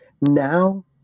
now